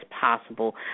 possible